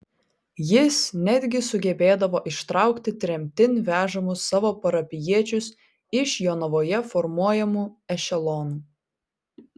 jis netgi sugebėdavo ištraukti tremtin vežamus savo parapijiečius iš jonavoje formuojamų ešelonų